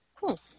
Cool